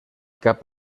cap